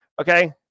Okay